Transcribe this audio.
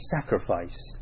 sacrifice